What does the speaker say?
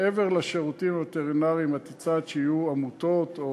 מעבר לשירותים הווטרינריים את הצעת שיהיו עמותות או,